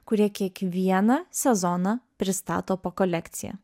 kurie kiekvieną sezoną pristato po kolekciją